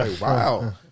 wow